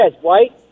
White